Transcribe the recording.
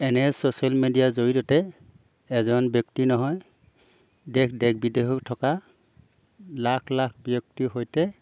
এনে ছ'চিয়েল মিডিয়াৰ জড়িয়তে এজন ব্যক্তি নহয় দেশ দেশ বিদেশত থকা লাখ লাখ ব্যক্তিৰ সৈতে